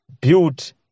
built